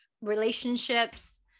relationships